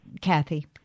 Kathy